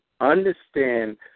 understand